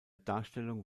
darstellung